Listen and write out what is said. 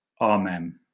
Amen